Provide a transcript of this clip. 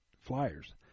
Flyers